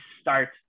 start